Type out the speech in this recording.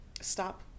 stop